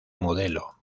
modelo